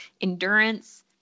endurance